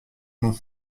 nom